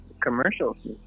Commercials